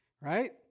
right